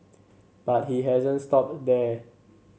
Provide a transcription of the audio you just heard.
but he hasn't stopped there